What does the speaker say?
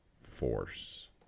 force